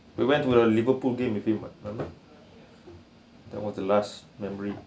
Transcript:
we went to the liverpool game with him ah that was the last memory